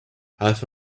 half